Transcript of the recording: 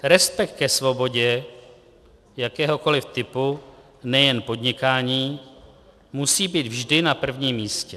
Respekt ke svobodě jakéhokoliv typu, nejen podnikání, musí být vždy na prvním místě.